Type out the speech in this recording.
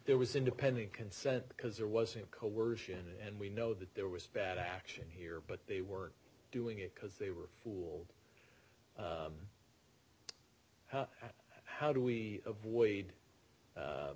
there was independent consent because there wasn't coercion and we know that there was bad action here but they were doing it because they were fooled at how do we avoid